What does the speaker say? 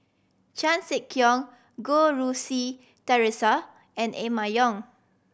Chan Sek Keong Goh Rui Si Theresa and Emma Yong